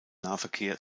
nahverkehr